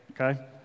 okay